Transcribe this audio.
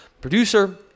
producer